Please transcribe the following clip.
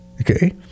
Okay